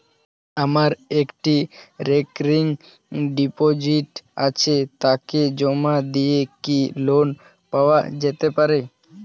আমার একটি recurring deposit আছে তাকে জমা দিয়ে কি লোন পাওয়া যেতে পারে?